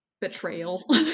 betrayal